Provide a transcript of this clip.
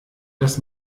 dass